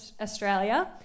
Australia